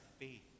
faith